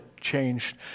changed